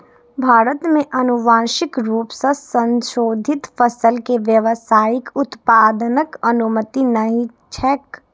भारत मे आनुवांशिक रूप सं संशोधित फसल के व्यावसायिक उत्पादनक अनुमति नहि छैक